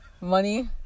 Money